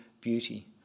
beauty